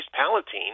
Palatine